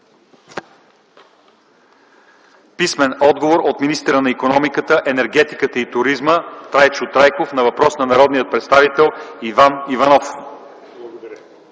Иванов; - от министъра на икономиката, енергетиката и туризма Трайчо Трайков на въпрос от народния представител Иван Иванов;